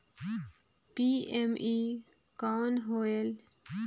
PME कौन होयल?